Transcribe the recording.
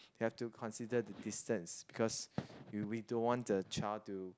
you have to consider the distance because we we don't want the child to